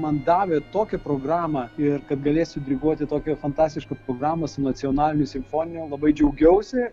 man davė tokią programą ir kad galėsiu diriguoti tokią fantastišką programą su nacionaliniu simfoniniu labai džiaugiausi